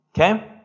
okay